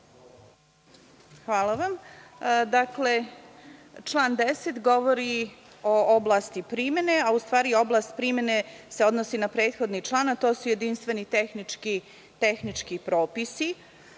Hvala vam. Član 10. govori o oblasti primene, a u stvari oblast primene se odnosi na prethodni član, a to su jedinstveni tehnički propisi.